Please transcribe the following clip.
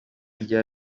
rya